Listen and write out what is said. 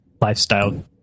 lifestyle